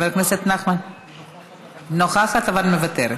אבל מוותרת,